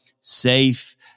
safe